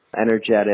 energetic